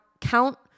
count